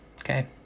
Okay